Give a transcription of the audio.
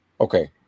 Okay